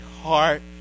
heart